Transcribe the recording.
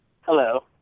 hello